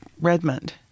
Redmond